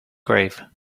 grave